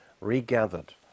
regathered